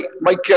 Mike